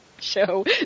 show